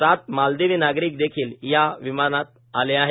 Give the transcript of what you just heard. सात मालदिवी नागरिक देखील या विमानानं आले आहेत